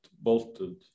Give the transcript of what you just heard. bolted